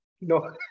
No